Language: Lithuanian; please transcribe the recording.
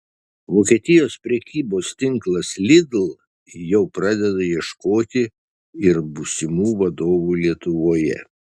vokietijos prekybos tinklas lidl jau pradeda ieškoti ir būsimų vadovų lietuvoje